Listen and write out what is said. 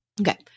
Okay